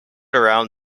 around